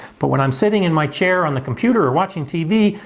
but when i'm sitting in my chair on the computer or watching tv,